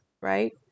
right